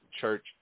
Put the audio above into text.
church